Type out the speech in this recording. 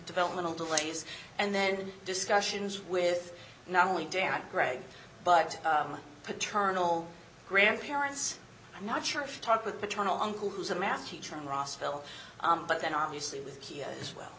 developmental delays and then discussions with not only damaged greg but my paternal grandparents i'm not sure if you talk with paternal uncle who's a math teacher in rossville but then obviously with here as well